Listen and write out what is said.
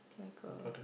like a